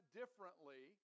differently